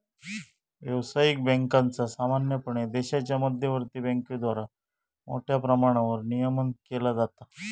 व्यावसायिक बँकांचा सामान्यपणे देशाच्या मध्यवर्ती बँकेद्वारा मोठ्या प्रमाणावर नियमन केला जाता